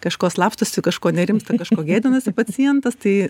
kažko slapstosi kažko nerimsta kažko gėdinasi pacientas tai